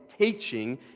teaching